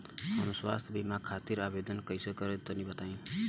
हम स्वास्थ्य बीमा खातिर आवेदन कइसे करि तनि बताई?